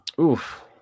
Oof